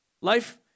Life